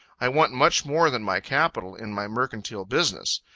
i want much more than my capital in my mercantile business.